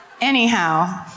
Anyhow